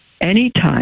Anytime